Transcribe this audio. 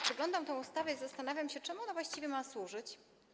Przeglądam tę ustawę i zastanawiam się, czemu ona ma właściwie służyć.